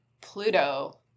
Pluto